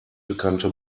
bekannte